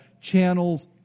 channels